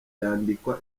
yandikwa